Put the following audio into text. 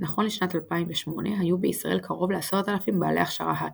נכון לשנת 2008 היו בישראל קרוב ל-10,000 בעלי הכשרה האקרית,